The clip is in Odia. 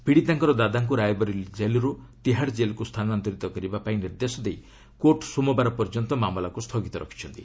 ପୀଡ଼ିତାଙ୍କର ଦାତାଙ୍କୁ ରାଏବରେଲୀ କେଲ୍ରୁ ତିହାଡ୍ ଜେଲ୍କୁ ସ୍ଥାନାନ୍ତରିତ କରିବାପାଇଁ ନିର୍ଦ୍ଦେଶ ଦେଇ କୋର୍ଟ ସୋମବାର ପର୍ଯ୍ୟନ୍ତ ମାମଲାକୁ ସ୍ଥଗିତ ରଖିଛନ୍ତି